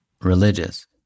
religious